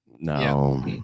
No